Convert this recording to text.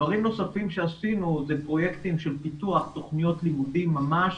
דברים נוספים שעשינו זה פרוייקטים של ביצוע תוכניות לימודים ממש.